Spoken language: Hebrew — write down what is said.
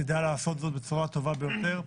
תדע לעשות זאת בצורה הטובה ביותר.